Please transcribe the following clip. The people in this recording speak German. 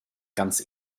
ganz